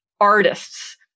artists